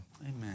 Amen